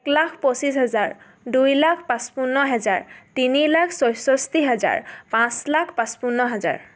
এক লাখ পঁচিছ হেজাৰ দুই লাখ পঁচপন্ন হেজাৰ তিনি লাখ ছয়ষষ্ঠি হেজাৰ পাঁচ লাখ পঁচপন্ন হাজাৰ